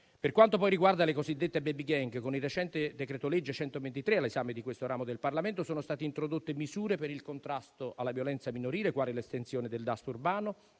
Per quanto poi riguarda le cosiddette *baby gang*, con il recente decreto-legge 123, all'esame di questo ramo del Parlamento, sono state introdotte misure per il contrasto alla violenza minorile, quali l'estensione del daspo urbano,